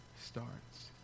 starts